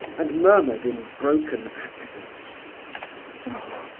and murmured in broken accents oh!